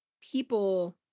people